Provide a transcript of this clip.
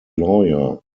lawyer